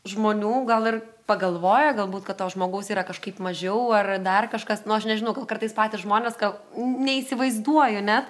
žmonių gal ir pagalvoja galbūt kad to žmogaus yra kažkaip mažiau ar dar kažkas nu aš nežinau gal kartais patys žmonės gal neįsivaizduoju net